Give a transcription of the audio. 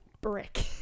brick